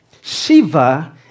Shiva